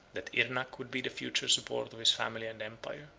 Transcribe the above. that irnac would be the future support of his family and empire.